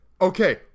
Okay